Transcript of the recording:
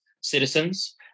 citizens